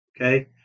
Okay